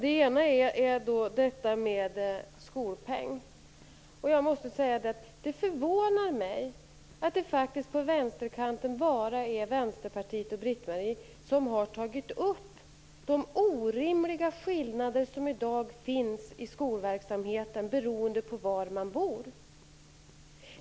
En fråga är den om skolpeng. Jag måste säga att det förvånar mig att det på vänsterkanten faktiskt bara är Vänsterpartiet och Britt-Marie Danestig-Olofsson som har tagit upp de orimliga skillnader som finns i dag inom skolverksamheten, beroende på var man bor.